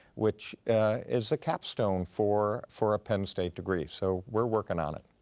which is a capstone for for a penn state degree. so we're working on it.